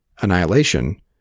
Annihilation